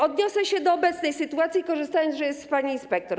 Odniosę się do obecnej sytuacji, korzystając z tego, że jest pani inspektor.